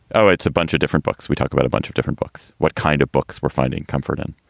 oh, it's a bunch of different books. we talk about a bunch of different books. what kind of books we're finding comfort in.